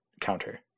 counter